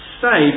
say